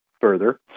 further